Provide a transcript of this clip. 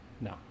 no